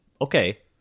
Okay